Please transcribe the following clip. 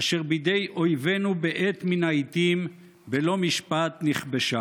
אשר בידי אויבינו בעת מן העיתים בלא משפט נכבשה".